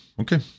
okay